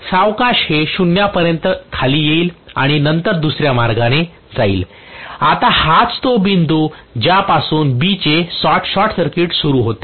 सावकाश हे 0 पर्यंत येईल आणि नंतर ते दुसऱ्या मार्गाने जाईल आता हाच तो बिंदू ज्यापासून B चे शॉर्टसर्किट सुरू होते